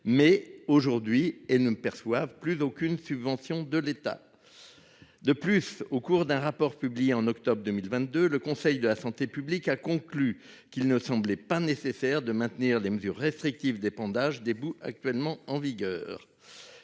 mais aujourd'hui et ne perçoivent plus d'aucune subvention de l'État. De plus, au cours d'un rapport publié en octobre 2022, le Conseil de la santé publique a conclu qu'il ne semblait pas nécessaire de maintenir des mesures restrictives d'épandage des boues actuellement en vigueur.